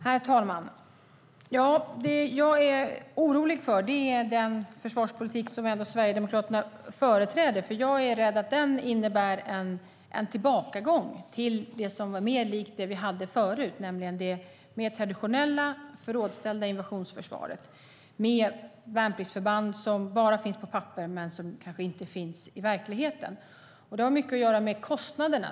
Herr talman! Jag är orolig för den försvarspolitik som Sverigedemokraterna företräder. Jag är rädd att den innebär en tillbakagång till det som var mer likt det vi hade förut, nämligen det mer traditionella förrådsställda invasionsförsvaret med värnpliktsförband som bara finns på papper men som inte finns i verkligheten. Det här hänger ihop med kostnaderna.